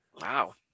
Wow